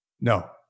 No